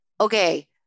okay